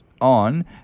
on